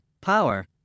power